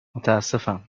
متاسفم